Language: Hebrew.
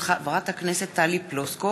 מאת חברת הכנסת טלי פלוסקוב,